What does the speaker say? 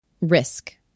Risk